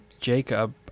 Jacob